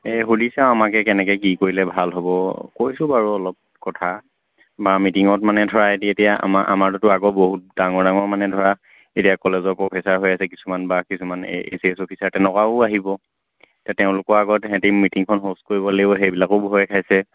এই সুধি চাওঁ আমাক এই কেনেকৈ কি কৰিলে ভাল হ'ব কৈছোঁ বাৰু অলপ কথা বা মিটিঙত মানে ধৰা সিহঁতি এতিয়া আমাৰ আমাৰতো আকৌ বহুত ডাঙৰ ডাঙৰ মানে ধৰা এতিয়া কলেজৰ প্ৰফেচাৰ হৈ আছে কিছুমান বা কিছুমান এ ছি এছ অফিচাৰ তেনেকুৱাও আহিব এতিয়া তেওঁলোকৰ আগত সিহঁতি মিটিংখন হোষ্ট কৰিব লাগিব সেইবিলাকো ভয় খাইছে